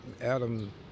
Adam